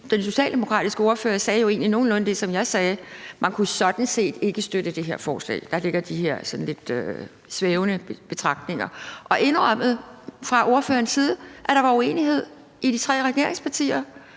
den socialdemokratiske ordfører sagde jo egentlig nogenlunde det, som jeg sagde, nemlig at man sådan set ikke kunne støtte det her forslag. Så var der nogle lidt svævende betragtninger, og så indrømmede man fra ordførerens side, at der var uenighed i de tre regeringspartier.